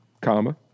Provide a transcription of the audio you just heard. comma